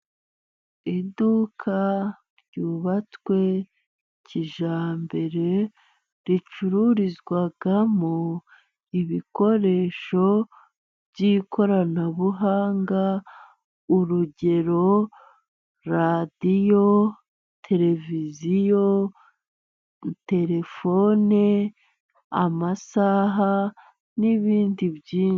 Iduka ryubatswe kijyambere ricururizwamo ibikoresho by'ikoranabuhanga urugero radiyo, tereviziyo, terefone, amasaha n'ibindi byinshi.